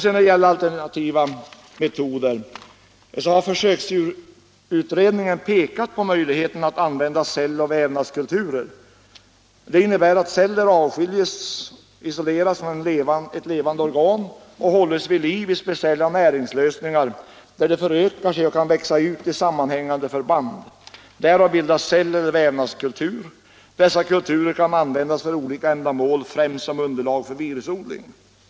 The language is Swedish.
Vad alternativa metoder beträffar har försöksdjursutredningen pekat på möjligheter att använda celleller vävnadskulturer. Det innebär att celler isoleras från ett levande organ och hålls vid liv i speciella näringslösningar, där de förökar sig och kan växa ut i sammanhängande förband. Därav bildas celleller vävnadskulturer. Dessa kulturer kan användas för olika ändamål, främst som underlag för virusodling.